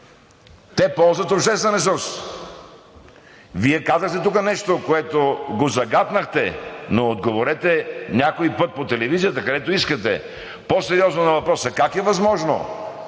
Те ползват обществен ресурс. Вие казахте тук нещо, което загатнахте, но отговорете някой път по телевизията, където искате, по-сериозно на въпроса: как е възможно